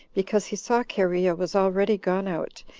because he saw cherea was already gone out,